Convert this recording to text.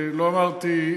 לא אמרתי,